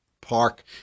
park